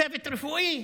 פרמדיקים,) צוות רפואי.